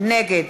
נגד